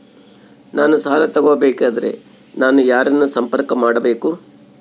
ನಾನು ಸಾಲ ತಗೋಬೇಕಾದರೆ ನಾನು ಯಾರನ್ನು ಸಂಪರ್ಕ ಮಾಡಬೇಕು?